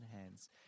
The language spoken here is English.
hands